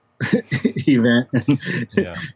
event